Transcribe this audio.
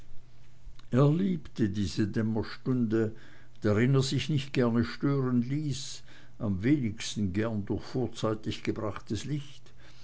er liebte diese dämmerstunde drin er sich nicht gerne stören ließ am wenigsten gern durch vorzeitig gebrachtes licht